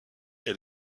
est